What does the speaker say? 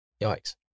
Yikes